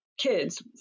Kids